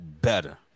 better